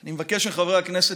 אני מבקש מחברי הכנסת,